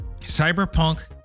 Cyberpunk